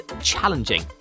challenging